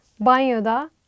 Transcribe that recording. banyoda